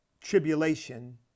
tribulation